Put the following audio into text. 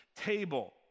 table